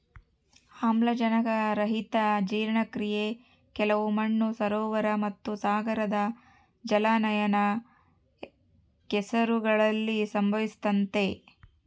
ಆಮ್ಲಜನಕರಹಿತ ಜೀರ್ಣಕ್ರಿಯೆ ಕೆಲವು ಮಣ್ಣು ಸರೋವರ ಮತ್ತುಸಾಗರದ ಜಲಾನಯನ ಕೆಸರುಗಳಲ್ಲಿ ಸಂಭವಿಸ್ತತೆ